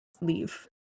leave